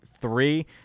three